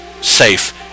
safe